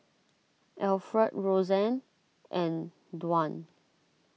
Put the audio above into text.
Alfred Roseanne and Dwan